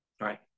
right